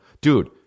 Dude